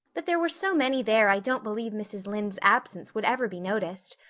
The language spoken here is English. but there were so many there i don't believe mrs. lynde's absence would ever be noticed.